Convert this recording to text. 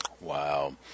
Wow